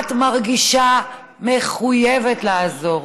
את מרגישה מחויבת לעזור.